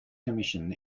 commission